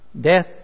Death